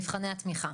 מבחני התמיכה.